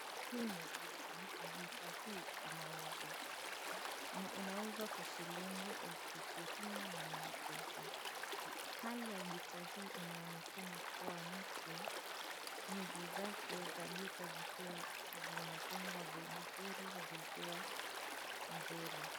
Hii ni gitaa na gitaa hii inauzwa na inauzwa kwa shilingi elfu ishirini na mia tisa, hali ya gitaa hii inaonekana kuwa mpya nyuzi zake za gitaa zikiwa zimepangwa vizuri zikiwa nzuri.